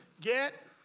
get